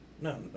No